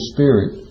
Spirit